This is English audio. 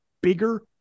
bigger